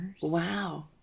Wow